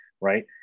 Right